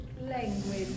language